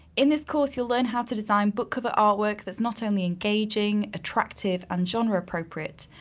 in this course, you'll learn how to design book cover artwork that's not only engaging, attractive, and genre appropriate,